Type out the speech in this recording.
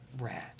Rad